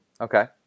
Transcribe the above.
Okay